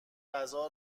غذا